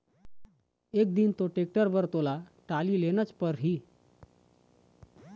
एक दिन तो टेक्टर बर तोला टाली लेनच परही